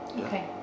Okay